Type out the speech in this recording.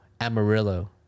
Amarillo